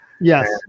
Yes